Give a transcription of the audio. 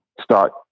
start